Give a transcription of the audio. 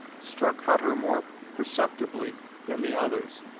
struck hutter more perceptibly than the others,